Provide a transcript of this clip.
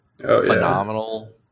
phenomenal